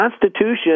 Constitution